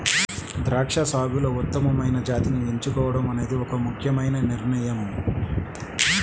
ద్రాక్ష సాగులో ఉత్తమమైన జాతిని ఎంచుకోవడం అనేది ఒక ముఖ్యమైన నిర్ణయం